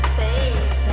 Space